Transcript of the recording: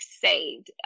saved